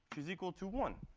is equal to one,